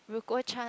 Ryouko-Chan